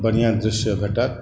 बढ़िया दृश्य भेटत